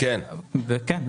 השמיעה אותך ב-זום לא טובה.